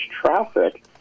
traffic